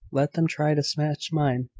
let them try to snatch mine,